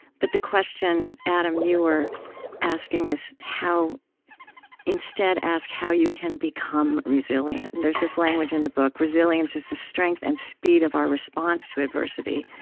but the question, adam, you were asking is instead ask how you can become resilient. and there's this language in the book resilience is the strength and speed of our response to adversity,